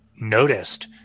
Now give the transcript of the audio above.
noticed